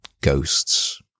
ghosts